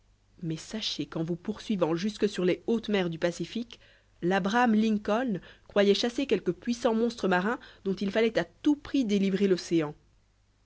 mais sachez qu'en vous poursuivant jusque sur les hautes mers du pacifique labraham lincoln croyait chasser quelque puissant monstre marin dont il fallait à tout prix délivrer l'océan